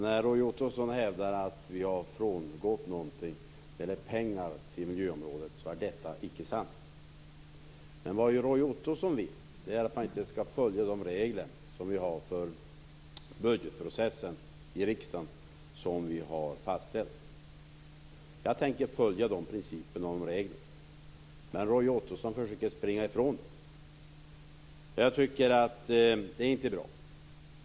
När Roy Ottosson hävdar att Centerpartiet har frångått någonting när det gäller pengar till miljöområdet är detta icke sant. Vad Roy Ottosson vill är att man inte skall följa de regler för budgetprocessen i riksdagen som vi har fastställt. Jag tänker följa de principerna och reglerna. Men Roy Ottosson försöker att springa ifrån dem. Jag tycker inte att det är bra.